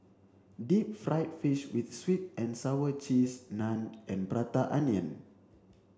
deep fried fish with sweet and sour sauce cheese naan and prata onion